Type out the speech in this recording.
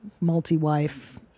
multi-wife